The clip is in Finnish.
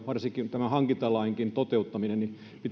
varsinkin tämän hankintalain toteuttamisessa